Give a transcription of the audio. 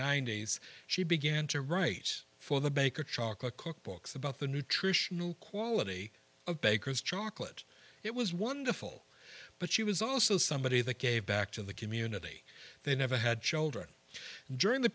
days she began to write for the baker chocolate cookbooks about the nutritional quality of bakers chocolate it was wonderful but she was also somebody that gave back to the community they never had children during th